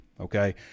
Okay